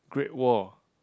Great Wall